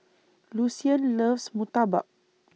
Lucien loves Murtabak